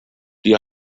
die